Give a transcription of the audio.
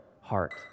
heart